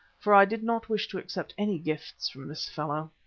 for i did not wish to accept any gifts from this fellow.